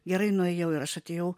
gerai nuėjau ir aš atėjau